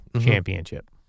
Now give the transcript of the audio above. championship